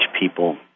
people